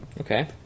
Okay